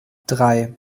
drei